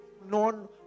known